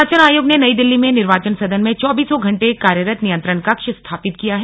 निर्वाचन आयोग ने नई दिल्ली में निर्वाचन सदन में चौबीसों घंटे कार्यरत नियंत्रण कक्ष स्थापित किया है